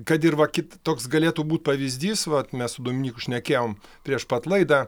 kad ir vat kit toks galėtų būt pavyzdys vat mes su dominyku šnekėjom prieš pat laidą